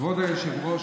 כבוד היושב-ראש,